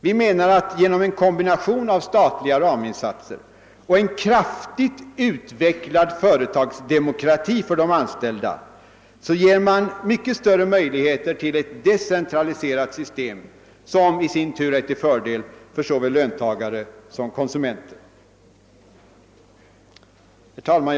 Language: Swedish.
Vi menar att man genom en kombination av statliga raminsatser och en kraftigt utvecklad företagsdemokrati för de anställda ger mycket större möjligheter till ett decentraliserat system, som i sin tur är till fördel för såväl löntagare som konsumenter. Herr talman!